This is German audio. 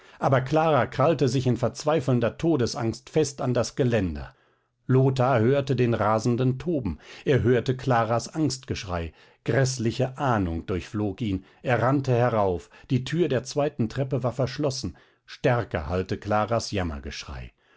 aber clara krallte sich in verzweifelnder todesangst fest an das geländer lothar hörte den rasenden toben er hörte claras angstgeschrei gräßliche ahnung durchflog ihn er rannte herauf die tür der zweiten treppe war verschlossen stärker hallte claras